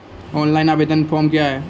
Online आवेदन form क्या हैं?